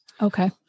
Okay